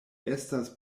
estas